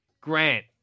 Grant